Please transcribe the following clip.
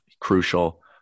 crucial